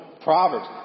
Proverbs